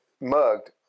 mugged